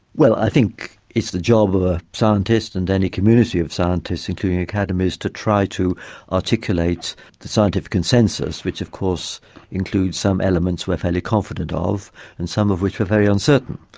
i think it's the job of a scientist and any community of scientists, including academies, to try to articulate the scientific consensus, which of course include some elements we're fairly confident of and some of which are very uncertain,